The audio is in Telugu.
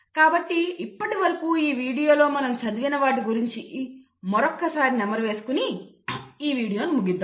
కాబట్టి ఇప్పటివరకూ ఈ వీడియోలో మనం చదివిన వాటి గురించి మరొక్కసారి నెమరు వేసుకొని ఈ వీడియోని ముగిద్దాం